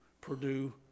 Purdue